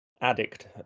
addict